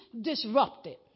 disrupted